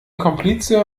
komplize